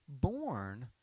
born